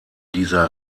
dieser